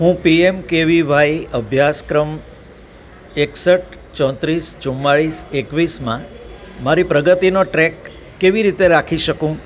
હું પીએમકેવિવાય અભ્યાસક્રમ એકસઠ ચોત્રીસ ચુમ્માલીસ એકવીસમાં મારી પ્રગતિનો ટ્રેક કેવી રીતે રાખી શકું